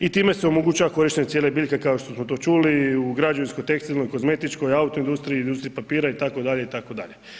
I time se omogućava korištenje cijele biljke kao što smo to čuli u građevinskoj, tekstilnoj, kozmetičkoj, autoindustriji, industriji papira itd., itd.